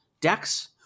decks